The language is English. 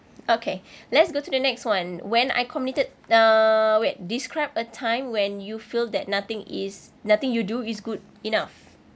okay let's go to the next [one] when I committed uh wait describe a time when you feel that nothing is nothing you do is good enough